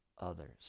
others